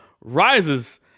rises